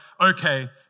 okay